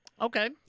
Okay